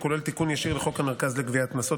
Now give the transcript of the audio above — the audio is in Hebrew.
והוא כולל תיקון ישיר לחוק המרכז לגביית קנסות,